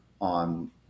on